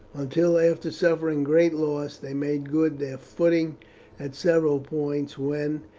until after suffering great loss they made good their footing at several points, when,